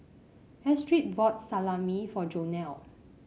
Astrid bought Salami for Jonell